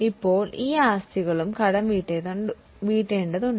ഇപ്പോൾ ഈ ആസ്തികളും അമോർടൈസ് ചെയ്യേണ്ടതുണ്ട്